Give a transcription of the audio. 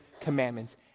commandments